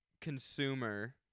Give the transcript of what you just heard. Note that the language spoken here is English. consumer